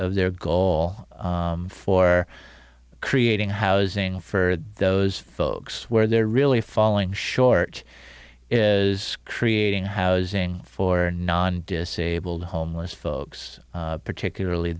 of their goal for creating housing for those folks where they're really falling short is creating housing for non disabled homeless folks particularly